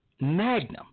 Magnum